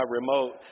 remote